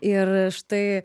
ir štai